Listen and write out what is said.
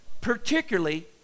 particularly